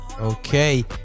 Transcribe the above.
Okay